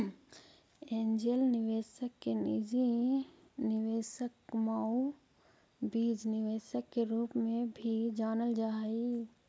angel निवेशक के निजी निवेशक आउ बीज निवेशक के रूप में भी जानल जा हइ